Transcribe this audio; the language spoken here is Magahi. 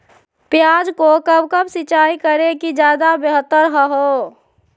प्याज को कब कब सिंचाई करे कि ज्यादा व्यहतर हहो?